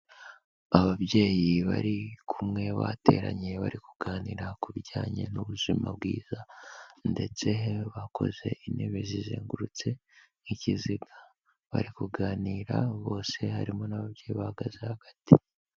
Ababyeyi bari kumwe bateranye bari kuganira ku bijyanye n'ubuzima bwiza ndetse bakoze intebe zizengurutse nk'ikiziga, bari kuganira bose harimo n'ababyeyi bahagaze hagati.